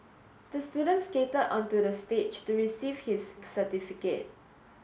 the student skated onto the stage to receive his certificate